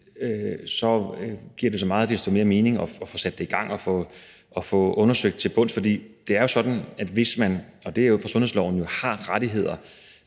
det giver så meget desto mere mening at få det sat i gang og få det undersøgt til bunds. For det er jo sådan, at man ud fra sundhedsloven, hvis man har